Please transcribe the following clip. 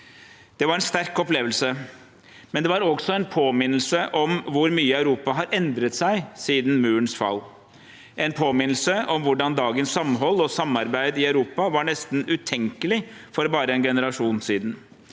Det var en sterk opplevelse, men det var også en påminnelse om hvor mye Europa har endret seg siden murens fall – en påminnelse om hvordan dagens samhold og samarbeid i Europa var nesten utenkelig for bare en generasjon siden,